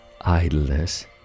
idleness